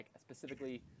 Specifically